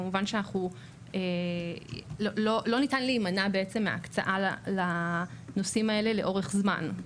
כמובן שלא ניתן להימנע מהקצאה לנושאים האלה לאורך זמן,